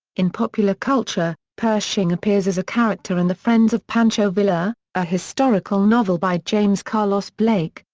in popular culture pershing appears as a character in the friends of pancho villa, a historical novel by james carlos blake,